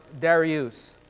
Darius